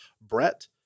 Brett